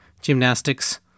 gymnastics